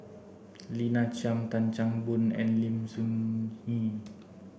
Lina Chiam Tan Chan Boon and Lim Soo Ngee